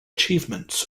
achievements